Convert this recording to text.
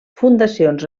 fundacions